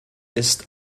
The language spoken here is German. ist